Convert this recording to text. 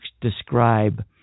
describe